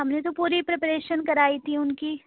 ہم نے تو پوری پریپریشن کرائی تھی اُن کی